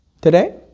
today